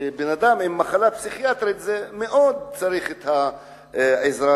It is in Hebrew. אדם עם מחלה פסיכיאטרית מאוד צריך את העזרה